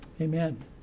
Amen